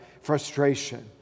frustration